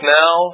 now